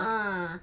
ah